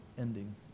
ending